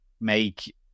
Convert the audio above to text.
make